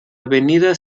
avenida